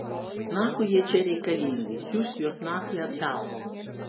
nachui jie čia reikalingi siųst juos nachui atgal